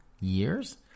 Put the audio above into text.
years